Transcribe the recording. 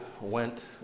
went